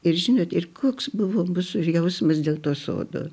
ir žinot ir koks buvo bus jausmas dėl to sodo